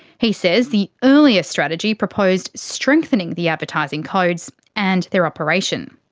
he says the earlier strategy proposed strengthening the advertising codes and their operation.